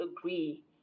agree